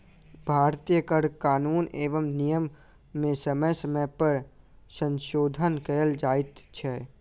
भारतीय कर कानून एवं नियम मे समय समय पर संशोधन कयल जाइत छै